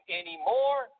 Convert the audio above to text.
anymore